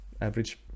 average